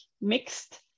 mixed